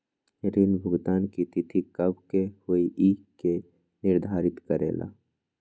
ऋण भुगतान की तिथि कव के होई इ के निर्धारित करेला?